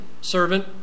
servant